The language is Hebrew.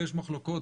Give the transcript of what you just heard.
ויש מחלוקות,